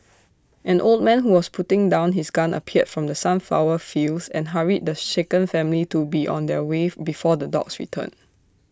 an old man who was putting down his gun appeared from the sunflower fields and hurried the shaken family to be on their way for before the dogs return